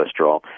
cholesterol